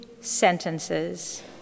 sentences